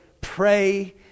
pray